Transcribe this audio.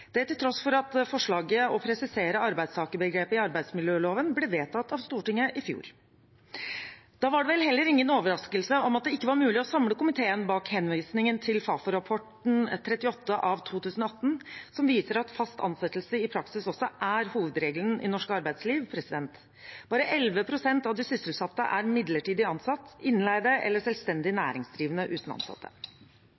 det til tross for at forslaget om å presisere arbeidstakerbegrepet i arbeidsmiljøloven ble vedtatt av Stortinget i fjor. Da er det vel heller ingen overraskelse at det ikke var mulig å samle komiteen bak henvisningen til Fafo-rapport 2018:38, som viser at fast ansettelse i praksis også er hovedregelen i norsk arbeidsliv. Bare 11 pst. av de sysselsatte er midlertidig ansatt, innleid eller selvstendig